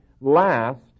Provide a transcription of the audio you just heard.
last